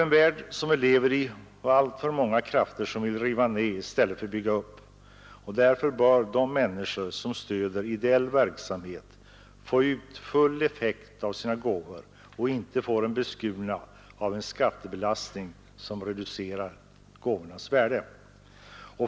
Den värld vi lever i har alltför många krafter som vill riva ned i stället för att bygga upp, och därför bör de människor som stöder ideell verksamhet få ut full effekt av sina gåvor och inte få dem beskurna av en skatt som reducerar gåvornas värde.